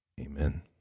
Amen